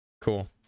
Cool